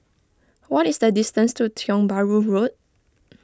what is the distance to Tiong Bahru Road